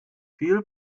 viel